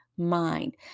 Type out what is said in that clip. mind